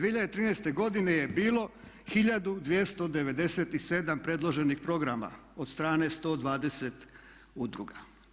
2013.godine je bilo 1297 predloženih programa od strane 120 udruga.